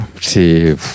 c'est